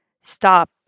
Stop